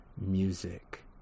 music